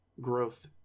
growth